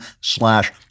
slash